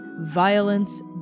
violence